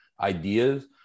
ideas